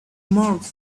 mars